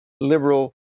liberal